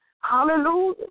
Hallelujah